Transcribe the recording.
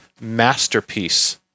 masterpiece